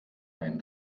ein